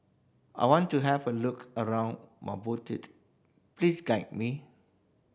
I want to have a look around Maputo please guide me